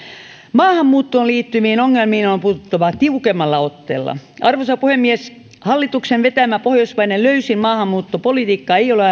maahanmuuttoon liittyviin ongelmiin on puututtava tiukemmalla otteella arvoisa puhemies hallituksen vetämä pohjoismaiden löysin maahanmuuttopolitiikka ei ole ajan